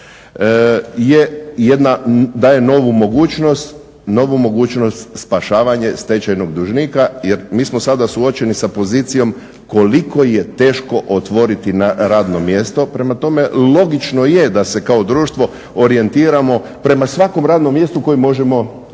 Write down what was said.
daje novu mogućnost spašavanje stečajnog dužnika jer mi smo sada suočeni sa pozicijom koliko je teško otvoriti radno mjesto. Prema tome logično je da se kao društvo orijentiramo prema svakom radnom mjestu koje možemo spasiti.